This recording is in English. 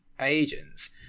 agents